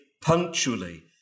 punctually